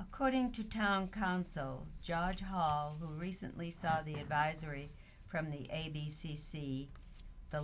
according to town council judge hall who recently saw the advisory from the a b c c the